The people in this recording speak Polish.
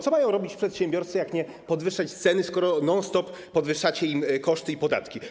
Co mają robić przedsiębiorcy, jak nie podwyższać ceny, skoro non stop podwyższacie im koszty i podatki?